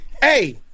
Hey